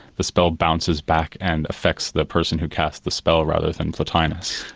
the spell bounces back and affects the person who cast the spell rather than plotinus.